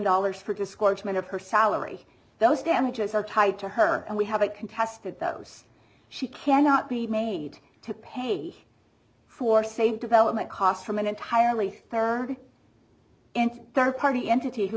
dollars for discouragement of her salary those damages are tied to her and we have a contested those she cannot be made to pay for same development costs from an entirely third party entity who